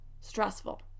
stressful